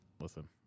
listen